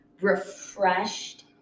refreshed